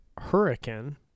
Hurricane